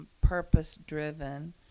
purpose-driven